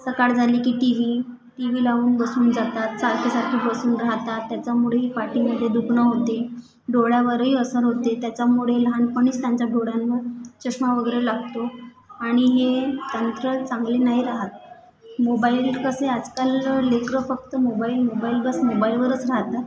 सकाळ झाली की टी व्ही टी व्ही लावून बसून जातात सारखं सारखं बसून राहतात त्याच्यामुळे ही पाठीमध्ये दुखणं होते डोळ्यावरही असर होते त्याच्यामुळे लहानपणीच त्यांच्या डोळ्यांवर चष्मा वगैरे लागतो आणि हे तंत्र चांगले नाही राहत मोबाईल कसे आजकाल लेकरं फक्त मोबाईल मोबाईल बस मोबाईलवरच राहतात